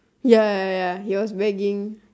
ya ya ya ya he was begging